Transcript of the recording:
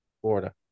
Florida